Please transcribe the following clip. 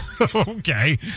Okay